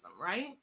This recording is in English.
Right